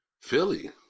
Philly